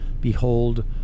behold